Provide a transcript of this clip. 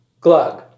glug